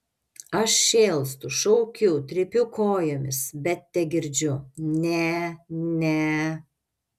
aš šėlstu šaukiu trypiu kojomis bet tegirdžiu ne ne